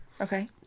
Okay